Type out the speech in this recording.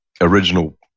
original